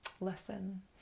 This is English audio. lesson